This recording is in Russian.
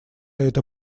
эта